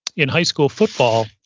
in high school football,